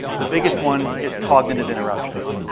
the biggest one, is cognitive interruptions.